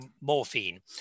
morphine